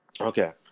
okay